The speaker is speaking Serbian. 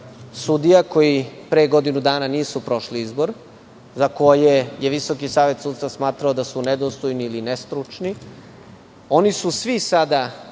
sudija, koji pre godinu dana nisu prošli izbor, za koje je Visoki savet sudstva smatrao da su nedostojni ili nestručni. Oni su svi sada